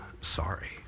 sorry